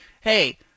Hey